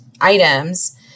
items